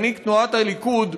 מנהיג תנועת הליכוד,